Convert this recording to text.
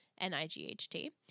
N-I-G-H-T